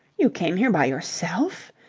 you came here by yourself?